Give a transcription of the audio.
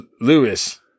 Lewis